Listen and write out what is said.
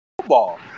football